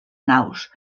naus